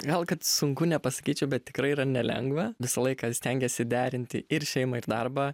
gal kad sunku nepasakyčiau bet tikrai yra nelengva visą laiką stengiesi derinti ir šeimą ir darbą